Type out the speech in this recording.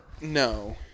No